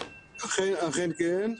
אכן כן.